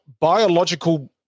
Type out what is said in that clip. biological